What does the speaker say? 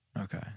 Okay